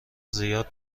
زیاد